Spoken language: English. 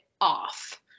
off